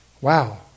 Wow